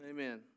Amen